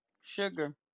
sugar